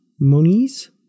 monies